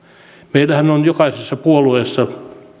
meillähän on jokaisessa puolueessa